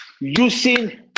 using